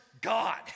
God